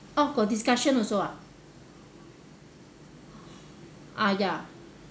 oh got discussion also ah ah ya